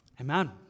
Amen